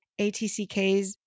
ATCKs